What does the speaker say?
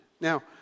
Now